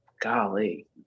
golly